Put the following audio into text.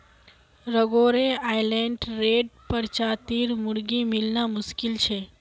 Rhode Island Red प्रजातिर मुर्गी मिलना मुश्किल छ